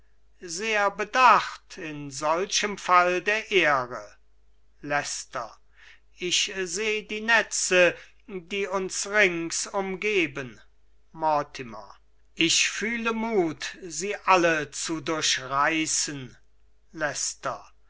sehr bedacht in solchem fall der ehre leicester ich seh die netze die uns rings umgeben mortimer ich fühle mut sie alle zu durchreißen